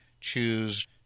choose